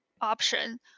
option